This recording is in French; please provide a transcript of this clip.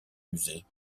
musées